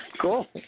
Cool